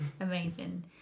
amazing